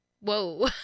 Whoa